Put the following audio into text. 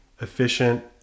efficient